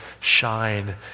shine